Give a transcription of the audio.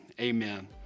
amen